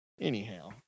anyhow